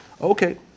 Okay